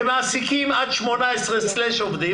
במעסיקים עד 18 עובדים,